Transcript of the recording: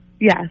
Yes